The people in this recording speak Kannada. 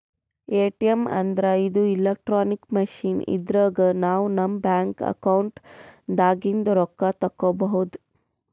ಎ.ಟಿ.ಎಮ್ ಅಂದ್ರ ಇದು ಇಲೆಕ್ಟ್ರಾನಿಕ್ ಮಷಿನ್ ಇದ್ರಾಗ್ ನಾವ್ ನಮ್ ಬ್ಯಾಂಕ್ ಅಕೌಂಟ್ ದಾಗಿಂದ್ ರೊಕ್ಕ ತಕ್ಕೋಬಹುದ್